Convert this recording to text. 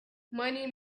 money